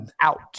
out